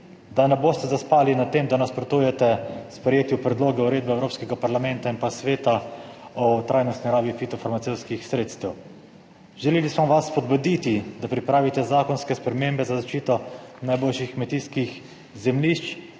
da ne boste zaspali na tem, da nasprotujete sprejetju predloga uredbe Evropskega parlamenta in pa Sveta o trajnostni rabi fitofarmacevtskih sredstev. Želeli smo vas spodbuditi, da pripravite zakonske spremembe za zaščito najboljših kmetijskih zemljišč,